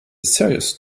serious